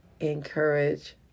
encourage